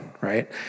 right